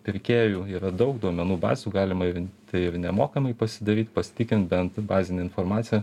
pirkėjų yra daug duomenų bazių galima ir tai ir nemokamai pasidaryt pasitikrint bent bazinę informaciją